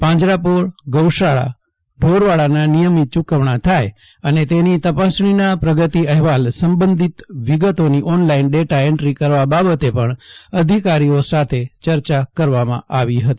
પાંજરાપોળ ગૌશાળા ઢોરવાડાના નિયમિત યૂકવણા થાય અને તેની તપાસણીના પ્રગતિ અહેવાલ સંબંધિત વિગતોની ઓનલાઇન ડેટા એન્દ્રી કરવા બાબતે પણ અધિકારીઓ સાથે યર્યા કરવામાં આવી હતી